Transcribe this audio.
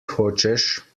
hočeš